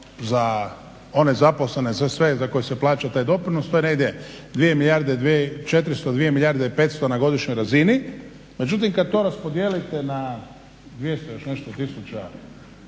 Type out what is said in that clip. za one zaposlene, za sve za koje se plaća taj doprinos, to je negdje 2 milijarde, 2,4, 2,5 milijarde na godišnjoj razini, međutim kad to raspodijelite na 200 i još nešto tisuća